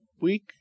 Week